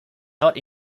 not